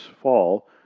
fall